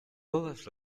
todas